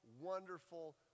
wonderful